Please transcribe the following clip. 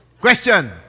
Question